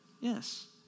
Yes